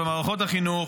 במערכות החינוך,